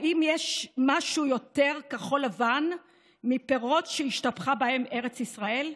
האם יש משהו יותר כחול לבן מפירות שהשתבחה בהם ארץ ישראל,